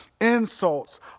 Insults